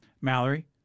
Mallory